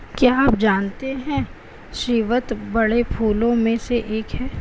क्या आप जानते है स्रीवत बड़े फूलों में से एक है